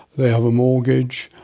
they have a mortgage,